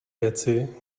věci